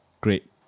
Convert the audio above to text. great